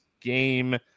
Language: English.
game